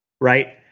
right